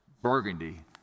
burgundy